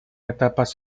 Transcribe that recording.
etapas